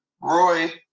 Roy